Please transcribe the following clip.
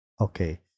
Okay